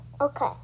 Okay